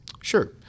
Sure